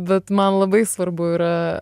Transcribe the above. bet man labai svarbu yra